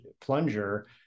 plunger